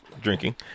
drinking